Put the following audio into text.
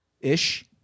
ish